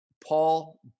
Paul